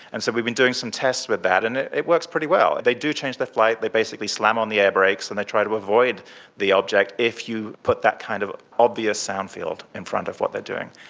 and so we've been doing some tests with that and it it works pretty well. they do change their flight, they basically slam on the air brakes and they try to avoid the object if you put that kind of obvious sound field in front of what they are doing.